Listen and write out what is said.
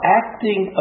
acting